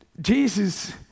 Jesus